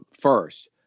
first